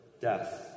death